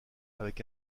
avec